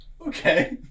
Okay